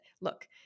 look